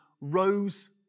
rose